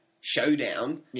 showdown